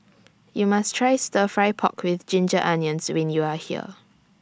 YOU must Try Stir Fry Pork with Ginger Onions when YOU Are here